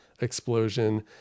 explosion